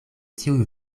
tiuj